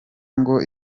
ngo